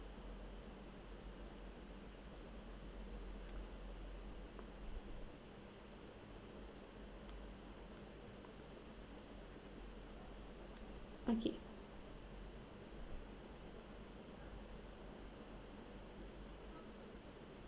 okay